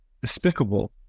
despicable